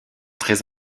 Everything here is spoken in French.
très